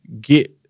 get